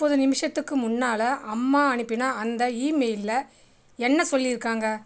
முப்பது நிமிஷத்துக்கு முன்னால் அம்மா அனுப்பின அந்த இமெயிலில் என்ன சொல்லிஇருக்காங்க